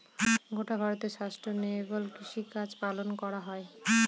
গোটা ভারতে সাস্টেইনেবল কৃষিকাজ পালন করা হয়